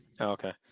Okay